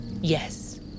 Yes